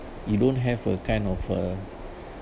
you don't have a kind of a